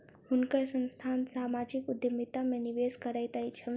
हुनकर संस्थान सामाजिक उद्यमिता में निवेश करैत अछि